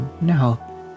no